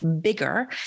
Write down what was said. bigger